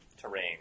terrain